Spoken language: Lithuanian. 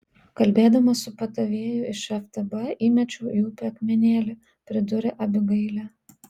kalbėdama su padavėju iš ftb įmečiau į upę akmenėlį pridūrė abigailė